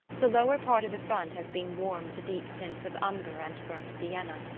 the lower part of the front has been warmed to deep tints of umber and burnt siena.